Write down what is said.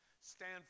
Stand